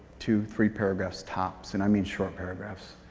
two, three paragraphs tops. and i mean short paragraphs.